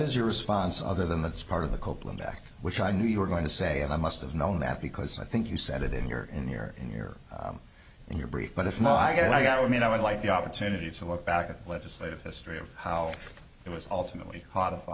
is your response other than that's part of the copeland back which i knew you were going to say and i must have known that because i think you said it in your in your in your in your brief but if not i got would mean i would like the opportunity to look back at legislative history of how it was ultimately hot